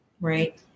right